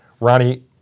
Ronnie